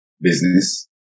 business